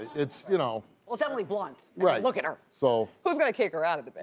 it's you know. well it's emily blunt, yeah look at her. so. who's gonna kick her out of the bed?